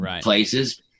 places